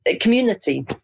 Community